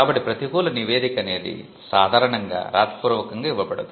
కాబట్టి ప్రతికూల నివేదిక అనేది సాధారణంగా వ్రాతపూర్వకంగా ఇవ్వబడదు